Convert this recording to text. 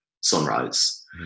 sunrise